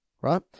right